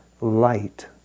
light